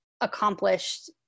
accomplished